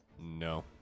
No